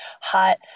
hot